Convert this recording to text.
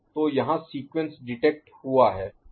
तो यहाँ sequence detect हुआ है